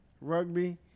Rugby